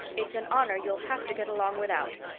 it's an honor you'll have to get along without.